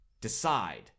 decide